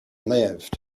lived